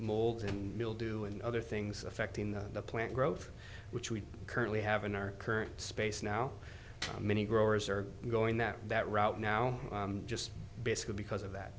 mold and mildew and other things affecting the plant growth which we currently have in our current space now many growers are going that route now just basically because of that